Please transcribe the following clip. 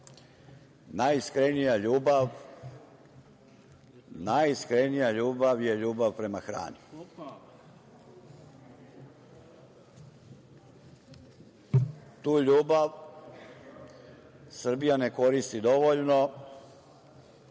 najiskrenija ljubav je ljubav prema hrani. Tu ljubav Srbija ne koristi dovoljno.